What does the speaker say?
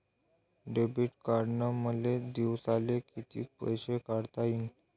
Debit कार्डनं मले दिवसाले कितीक पैसे काढता येईन?